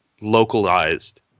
localized